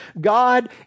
God